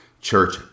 church